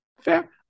Fair